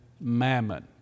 mammon